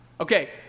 Okay